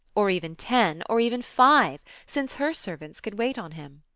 or even ten, or even five, since her servants could wait on him.